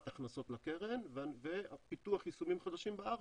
הכנסות לקרן ופיתוח יישומים חדשים בארץ,